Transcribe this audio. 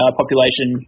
population